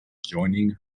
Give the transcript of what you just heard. joining